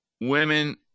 women